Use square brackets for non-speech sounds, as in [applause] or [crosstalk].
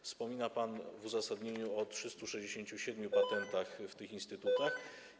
Wspomina pan w uzasadnieniu o 367 patentach [noise] w tych instytutach.